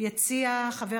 הצעות